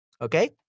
Okay